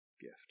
gift